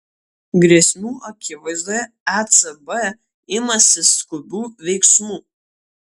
grėsmių akivaizdoje ecb imasi skubių veiksmų